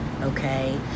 Okay